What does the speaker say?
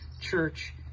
church